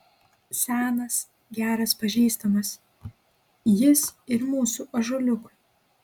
senas geras pažįstamas jis ir mūsų ąžuoliukui